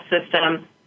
system